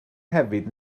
hefyd